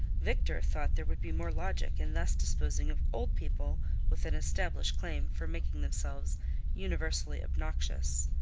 victor thought there would be more logic in thus disposing of old people with an established claim for making themselves universally obnoxious.